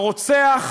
הרוצח,